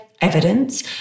evidence